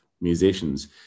musicians